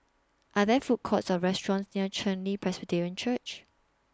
Are There Food Courts Or restaurants near Chen Li Presbyterian Church